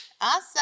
Awesome